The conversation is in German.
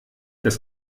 das